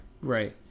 Right